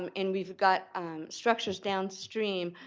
um and we've got structures downstream.